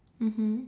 mmhmm